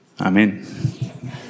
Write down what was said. amen